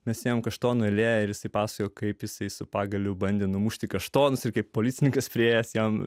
nes jam kaštonų eilė ir išsipasakojo kaip jisai su pagaliu bandė numušti kaštonus ir kaip policininkas priėjęs jam